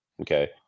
okay